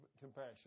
compassion